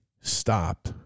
stop